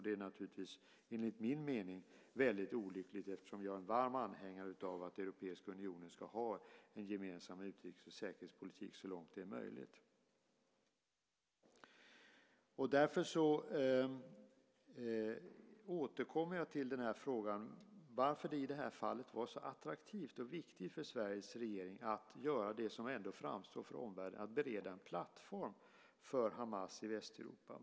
Det är naturligtvis, enligt min mening, väldigt olyckligt eftersom jag är en varm anhängare av att Europeiska unionen ska ha en gemensam utrikes och säkerhetspolitik så långt det är möjligt. Därför återkommer jag till frågan varför det i det här fallet var så attraktivt och viktigt för Sveriges regering att göra det som det framstår som för omvärlden, att bereda en plattform för Hamas i Västeuropa.